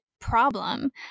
problem